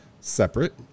separate